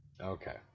okay